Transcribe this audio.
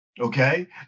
Okay